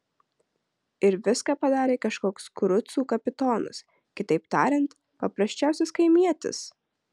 ir viską padarė kažkoks kurucų kapitonas kitaip tariant paprasčiausias kaimietis